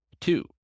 Two